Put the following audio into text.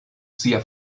sia